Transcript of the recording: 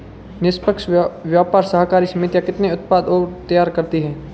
निष्पक्ष व्यापार सहकारी समितियां कितने उत्पाद तैयार करती हैं?